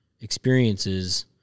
experiences